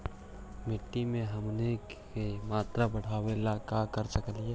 मिट्टी में ह्यूमस के मात्रा बढ़ावे ला का कर सकली हे?